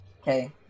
Okay